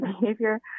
behavior